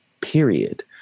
period